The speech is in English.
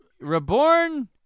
reborn